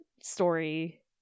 story